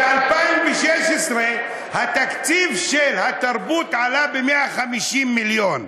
ב-2016 תקציב התרבות עלה ב-150 מיליון.